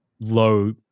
low